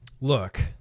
look